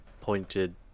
pointed